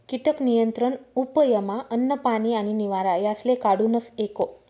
कीटक नियंत्रण उपयमा अन्न, पानी आणि निवारा यासले काढूनस एको